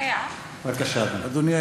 בבקשה, אדוני.